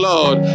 Lord